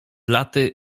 laty